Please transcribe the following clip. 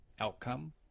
outcome